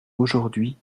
aujourd’hui